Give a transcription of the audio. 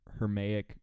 hermaic